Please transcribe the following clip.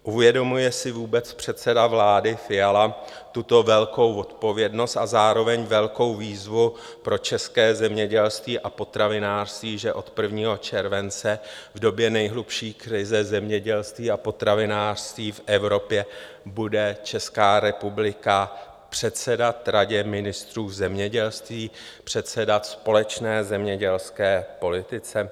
Uvědomuje si vůbec předseda vlády Fiala tuto velkou odpovědnost a zároveň velkou výzvu pro české zemědělství a potravinářství, že od 1. července, v době nejhlubší krize zemědělství a potravinářství v Evropě, bude Česká republika předsedat Radě ministrů zemědělství, předsedat společné zemědělské politice?